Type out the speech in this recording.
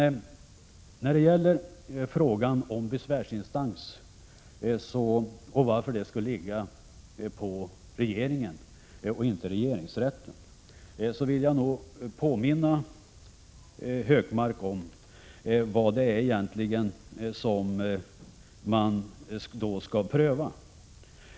När det gäller frågan varför regeringen och inte regeringsrätten skall vara besvärsinstans vill jag påminna Gunnar Hökmark om vad man egentligen skall pröva.